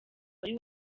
wari